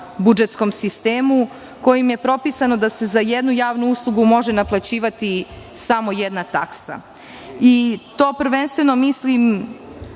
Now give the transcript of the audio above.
budžetskom sistemu, kojim je propisano da se za jednu javnu uslugu može naplaćivati samo jedna taksa. Tu prvenstveno mislim